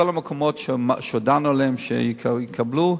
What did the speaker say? כל המקומות שהודענו שיקבלו,